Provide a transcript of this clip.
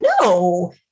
no